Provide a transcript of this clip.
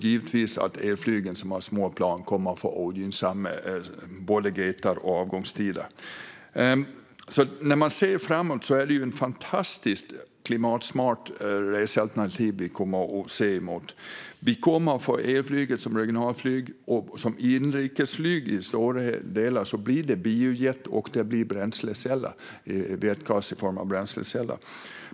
De små elflygplanen kommer att få ogynnsamma gater och avgångstider. När vi ser framåt är elflyget ett fantastiskt klimatsmart resealternativ. Elflyget kommer att bli regionalflyg. Stora delar av inrikesflyget kommer att använda biojet och bränsleceller.